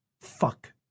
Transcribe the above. fuck